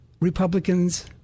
Republicans